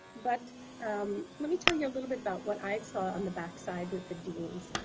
but let me tell you a little bit about what i saw on the backside with the deans.